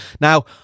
Now